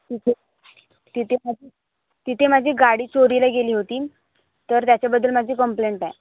तिथे तिथे तिथे माझी गाडी चोरीला गेली होती तर त्याच्याबद्दल माझी कंम्प्लेंट आहे